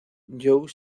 joe